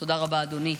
תודה רבה, אדוני.